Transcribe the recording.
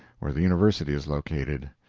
where the university is located.